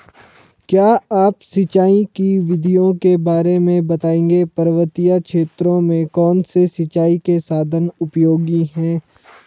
क्या आप सिंचाई की विधियों के बारे में बताएंगे पर्वतीय क्षेत्रों में कौन से सिंचाई के साधन उपयोगी हैं?